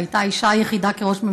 שהייתה האישה היחידה שהיא ראש ממשלה,